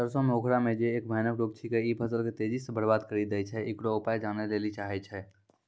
सरसों मे उखरा जे एक भयानक रोग छिकै, इ फसल के तेजी से बर्बाद करि दैय छैय, इकरो उपाय जाने लेली चाहेय छैय?